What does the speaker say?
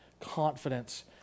confidence